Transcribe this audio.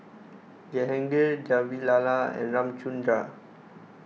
Jehangirr Vavilala and Ramchundra